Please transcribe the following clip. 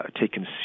taken